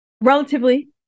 relatively